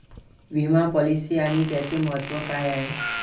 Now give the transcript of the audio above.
विमा पॉलिसी आणि त्याचे महत्व काय आहे?